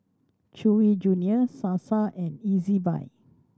Chewy Junior Sasa and Ezbuy